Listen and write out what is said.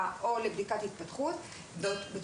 לבדיקת התפתחות וכו',